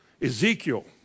Ezekiel